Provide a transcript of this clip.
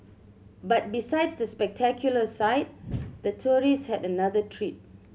but besides the spectacular sight the tourist had another treat